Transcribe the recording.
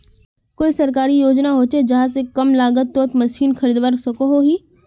कोई सरकारी योजना होचे जहा से कम लागत तोत मशीन खरीदवार सकोहो ही?